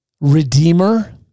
redeemer